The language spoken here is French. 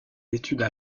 études